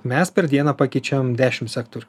mes per dieną pakeičiam dešimt sektorių